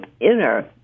inner